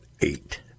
eight